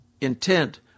intent